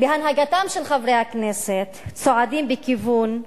בהנהגתם של חברי הכנסת, צועדות בכיוון,